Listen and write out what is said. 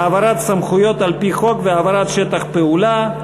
העברת סמכויות על-פי חוק והעברת שטח פעולה.